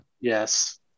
Yes